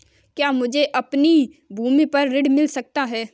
क्या मुझे अपनी भूमि पर ऋण मिल सकता है?